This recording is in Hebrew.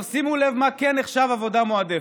שימו לב מה כן נחשב עבודה מועדפת: